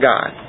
God